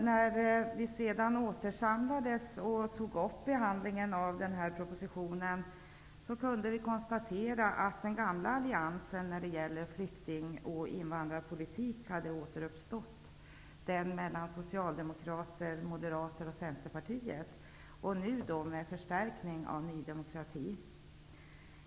När vi sedan återsamlades och tog upp behandlingen av den här propositionen kunde vi konstatera att den gamla alliansen hade återuppstått när det gäller flyktingoch invandrarpolitik -- alliansen mellan socialdemokrater, moderater och centerpartister, nu med förstärkning av Ny demokrati.